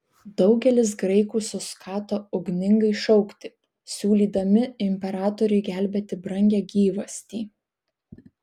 daugelis graikų suskato ugningai šaukti siūlydami imperatoriui gelbėti brangią gyvastį